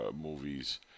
movies